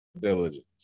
diligence